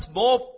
more